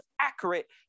accurate